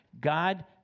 God